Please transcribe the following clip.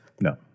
No